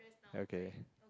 okay